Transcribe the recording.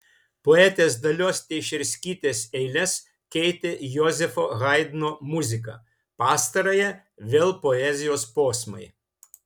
poetės dalios teišerskytės eiles keitė jozefo haidno muzika pastarąją vėl poezijos posmai